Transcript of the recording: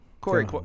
Corey